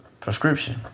prescription